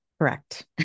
Correct